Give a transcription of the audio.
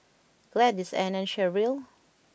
Gladis Anne and Sherryl